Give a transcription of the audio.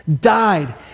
Died